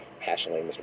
passionately